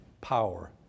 power